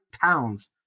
towns